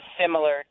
similar